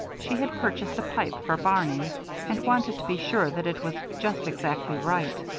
she had purchased a pipe for barney and wanted to be sure that it was just exactly right.